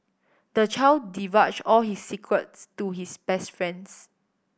the child divulged all his secrets to his best friends